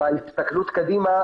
בהסתכלות קדימה,